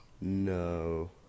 No